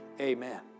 Amen